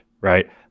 right